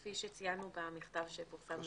כפי שציינו במכתב שפורסם באתר,